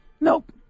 Nope